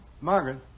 Margaret